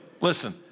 Listen